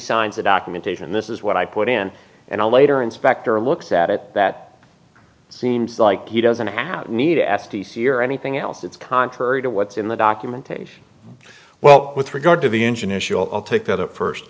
signs the documentation this is what i put in and a later inspector looks at it that seems like he doesn't have need a s t c or anything else it's contrary to what's in the documentation well with regard to the engine issue i'll take the first